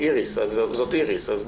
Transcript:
אני